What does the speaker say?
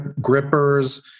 grippers